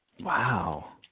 Wow